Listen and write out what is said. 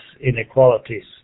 inequalities